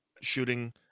shooting